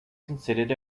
considered